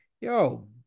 yo